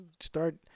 Start